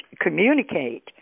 communicate